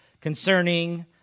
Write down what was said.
concerning